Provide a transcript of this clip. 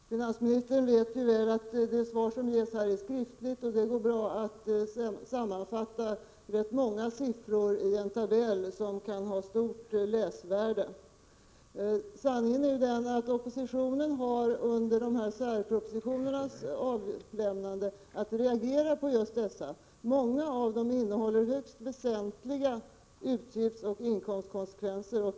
Herr talman! Finansministern vet väl att det svar som ges här även presenteras i skriftlig form. Det går bra att sammanfatta många siffror i en tabell, som kan ha stort läsvärde. Oppositionen har under särpropositionernas avlämnande att reagera på just dessa. Många av dem innehåller högst väsentliga utgiftsoch inkomstkonsekvenser.